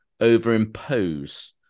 overimpose